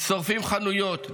שורפים חנויות,